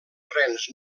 rens